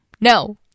no